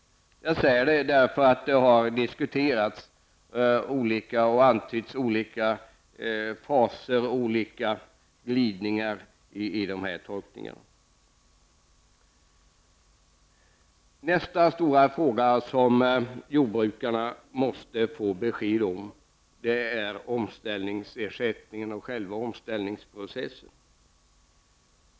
Jag säger det därför att det har diskuterats och antytts att det skulle finnas olika faser och glidningar i de här tolkningarna. En annan stor fråga som jordbrukarna måste få besked i är omställningsersättningen och själva omställningsprocessen.